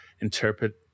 interpret